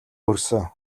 хүрсэн